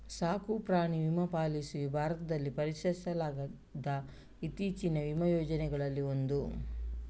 ಸಾಕು ಪ್ರಾಣಿ ವಿಮಾ ಪಾಲಿಸಿಯು ಭಾರತದಲ್ಲಿ ಪರಿಚಯಿಸಲಾದ ಇತ್ತೀಚಿನ ವಿಮಾ ಯೋಜನೆಗಳಲ್ಲಿ ಒಂದು